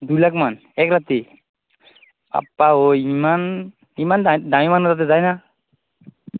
দুই লাখমান এক ৰাতি বাপ্পা ঐ ইমান ইমান দা দামী মানুহ তাতে যায় না